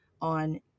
on